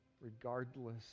regardless